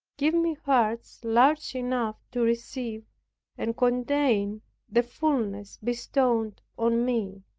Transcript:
give me hearts large enough to receive and contain the fulness bestowed on me.